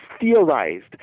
theorized